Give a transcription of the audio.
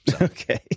Okay